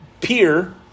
peer